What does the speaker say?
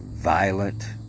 violent